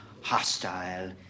hostile